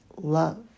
love